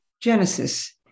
Genesis